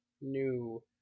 new